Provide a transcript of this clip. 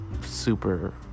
super